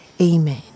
Amen